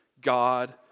God